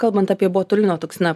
kalbant apie botulino toksiną